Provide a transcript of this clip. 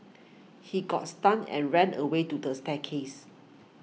he got stunned and ran away to the staircase